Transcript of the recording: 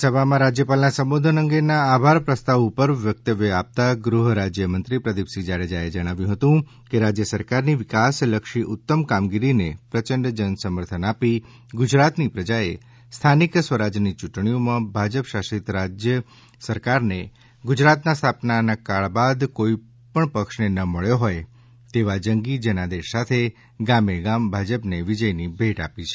વિધાનસભામાં રાજ્યપાલના સંબોધન અંગેના આભાર પ્રસ્તાવ ઉપર વકતવ્ય આપતા ગૃહ રાજ્યમંત્રીએ જણાવ્યું કે રાજ્ય સરકારની વિકાસલક્ષી ઉત્તમ કામગીરીને પ્રચંડ જન સમર્થન આપી ગુજરાતની પ્રજાએ સ્થાનિક સ્વરાજની યૂંટણીઓમાં ભાજપ શાસિત રાજ્ય સરકારને ગુજરાતના સ્થાપના કાળ બાદ કોઇ પક્ષને ન મળ્યો હોય તેવા જંગી જનાદેશ સાથે ગામે ગામ ભાજપને વિજયની ભેટ આપી છે